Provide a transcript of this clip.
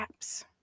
apps